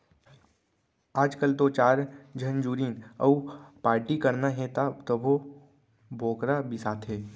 आजकाल तो चार झन जुरिन अउ पारटी करना हे तभो बोकरा बिसाथें